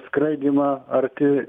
skraidymą arti